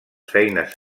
feines